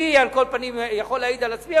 אני על כל פנים יכול להעיד על עצמי,